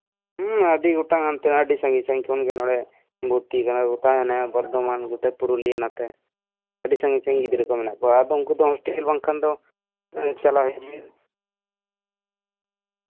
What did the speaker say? ᱟᱹᱰᱤ ᱜᱚᱴᱟᱝ ᱟᱨᱠᱤ ᱟᱹᱰᱤ ᱥᱟᱹᱜᱤᱧ ᱥᱟᱹᱜᱤᱧ ᱠᱷᱚᱱ ᱱᱚᱸᱰᱮ ᱵᱷᱚᱨᱛᱤ ᱠᱟᱱᱟ ᱠᱚ ᱛᱟᱦᱮᱸᱱᱟ ᱱᱟᱛᱮ ᱵᱚᱨᱫᱷᱚᱢᱟᱱ ᱱᱚᱛᱮ ᱯᱩᱨᱩᱞᱤᱭᱟ ᱱᱚᱛᱮ ᱟᱹᱰᱤ ᱥᱟᱹᱜᱤᱧ ᱥᱟᱹᱜᱤᱧ ᱨᱮᱱ ᱜᱤᱫᱽᱨᱟᱹ ᱠᱚ ᱢᱮᱱᱟᱜ ᱠᱚᱣᱟ ᱟᱫᱚ ᱩᱱᱠᱩ ᱫᱚ ᱦᱚᱥᱴᱮᱞ ᱵᱟᱝᱠᱷᱟᱱ ᱫᱚ ᱪᱟᱞᱟᱜ ᱦᱤᱡᱩᱜ